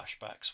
flashbacks